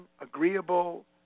agreeable